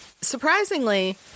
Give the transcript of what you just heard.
surprisingly